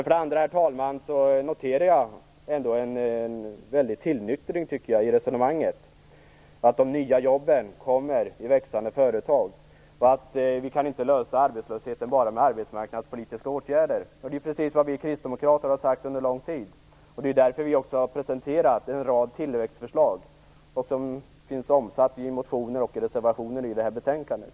Sedan noterade jag, herr talman, en stor tillnyktring i resonemanget. De nya jobben kommer i växande företag. Vi kan inte lösa arbetslösheten bara med arbetsmarknadspolitiska åtgärder. Det är precis vad vi kristdemokrater har sagt under lång tid. Det är därför vi har presenterat en rad tillväxtförslag som finns omsatta i motioner och reservationer i det här betänkandet.